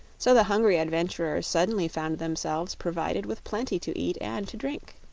so the hungry adventurers suddenly found themselves provided with plenty to eat and to drink.